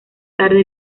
tarde